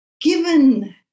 given